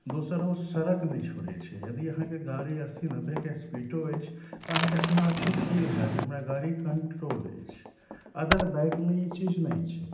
दोसर ओ सड़क नहि छोड़ै छै यदि अहाँके गाड़ी अस्सी नब्बेके स्पीडो अछि तऽ अहाँके अपना आपके फील होएत जे हमरा गाड़ी कंट्रोल अछि अदर बाइकमे ई चीज नहि छै